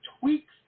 tweaks